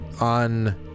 on